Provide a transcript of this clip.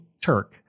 Turk